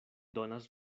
donas